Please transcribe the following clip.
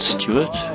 Stewart